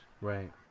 Right